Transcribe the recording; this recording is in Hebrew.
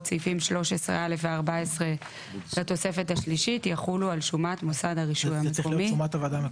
סעיפים 13א ו-14 לתוספת השלישית יחולו על שומת מוסד הרישוי המקומי,